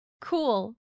Cool